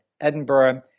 Edinburgh